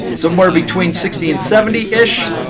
somewhere between sixty and seventy ish.